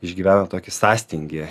išgyvena tokį sąstingį